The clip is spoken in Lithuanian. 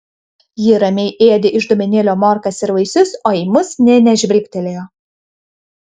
ji ramiai ėdė iš dubenėlio morkas ir vaisius o į mus nė nežvilgtelėjo